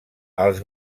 als